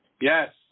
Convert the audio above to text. Yes